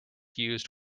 used